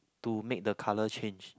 to make the colour change